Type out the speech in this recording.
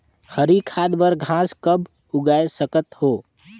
हरी खाद बर घास कब उगाय सकत हो?